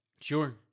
Sure